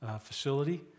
facility